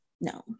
No